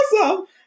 awesome